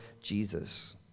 Jesus